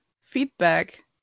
feedback